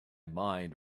mind